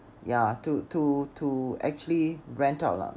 ya to to to actually rent out lah